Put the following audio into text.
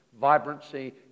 vibrancy